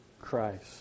Christ